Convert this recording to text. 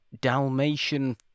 Dalmatian